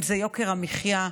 אם זה יוקר המחיה?